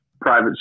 private